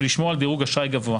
ולשמור על דירוג אשראי גבוה.